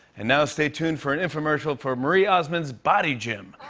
and now, stay tuned for an infomercial for marie osmond's bodygym.